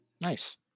nice